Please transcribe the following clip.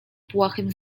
błahym